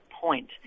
point